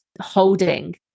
holding